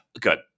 Good